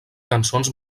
cançons